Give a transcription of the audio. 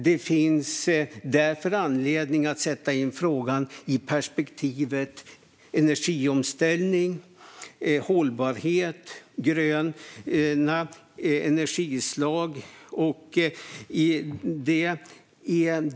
Det finns därför anledning att sätta in frågan i perspektivet energiomställning, hållbarhet och gröna energislag.